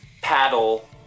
paddle